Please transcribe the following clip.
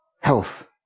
Health